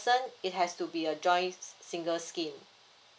son it has to be a joints single scheme